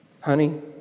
Honey